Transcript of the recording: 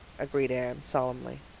agreed anne solemnly.